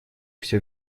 все